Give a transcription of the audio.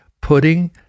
putting